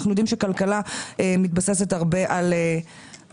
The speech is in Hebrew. אנחנו יודעים שכלכלה מתבססת הרבה על ביטחון.